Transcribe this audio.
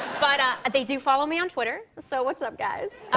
but they do follow me on twitter. so what's up, guys?